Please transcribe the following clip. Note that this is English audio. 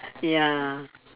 ya